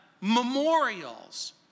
memorials